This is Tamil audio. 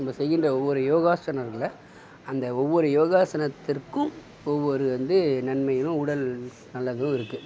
நம்ம செய்கின்ற ஒவ்வொரு யோகாசனமில் அந்த ஒவ்வொரு யோகாசனத்திற்கும் ஒவ்வொரு வந்து நன்மையும் உடல் நல்லதும் இருக்குது